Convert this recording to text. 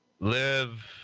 Live